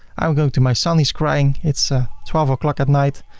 i am going to my son. he is crying. it's a twelve o'clock at night.